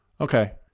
Okay